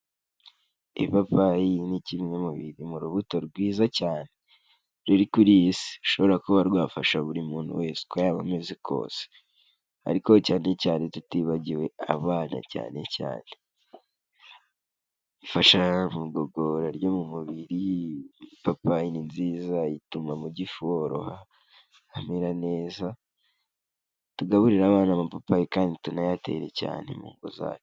Ipapayi ni kimwe mu biri mu rubuto rwiza cyane, ruri kuri iyi si, rushobora kuba rwafasha buri muntu wese uko yaba ameze kose. Ariko cyane cyane tutibagiwe abana cyane cyane. Ifasha mu igogora ryo mu mubiri, ipapayi ni nziza ituma mu gifu horoha, hamera neza. Tugaburira abana amapayi kandi tunayate cyane mu ngo zacu.